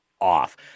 off